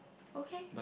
okay